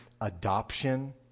adoption